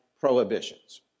prohibitions